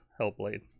Hellblade